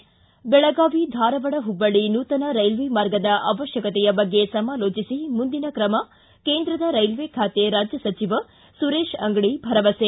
ಿ ಬೆಳಗಾವಿ ಧಾರವಾಡ ಹುಬ್ಬಳ್ಳಿ ನೂತನ ರೈಲ್ವೆ ಮಾರ್ಗದ ಅವಶ್ಯಕತೆಯ ಬಗ್ಗೆ ಸಮಾಲೋಜಿಸಿ ಮುಂದಿನ ಕ್ರಮ ಕೇಂದ್ರದ ರೈಲ್ವೆ ಖಾತೆ ರಾಜ್ಯ ಸಚಿವ ಸುರೇತ ಅಂಗಡಿ ಭರವಸೆ